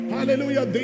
Hallelujah